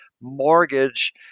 mortgage